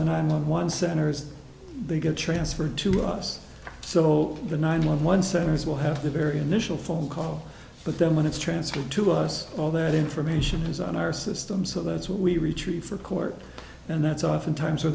the nine one one centers they get transferred to us so the nine one one seven is we'll have the very initial phone call but then when it's transferred to us all that information is on our system so that's what we retreat for court and that's often time